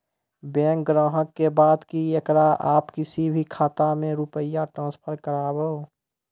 Bank ग्राहक के बात की येकरा आप किसी भी खाता मे रुपिया ट्रांसफर करबऽ?